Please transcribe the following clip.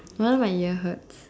no wonder my ear hurts